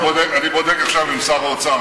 אני בודק עכשיו עם שר האוצר.